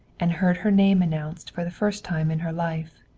and heard her name announced for the first time in her life.